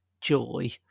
joy